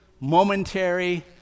momentary